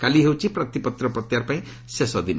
କାଲି ହେଉଛି ପ୍ରାର୍ଥୀପତ୍ର ପ୍ରତ୍ୟାହାର ପାଇଁ ଶେଷ ଦିନ